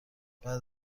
بعد